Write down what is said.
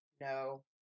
no